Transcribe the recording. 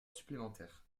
supplémentaire